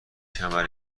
کمر